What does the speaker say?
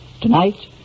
Tonight